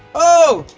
oh,